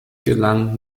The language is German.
gelang